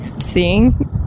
seeing